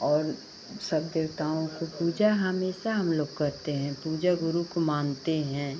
और सब देवताओं की पूजा हमेशा हम लोग करते हैं पूजा गुरू को मानते हैं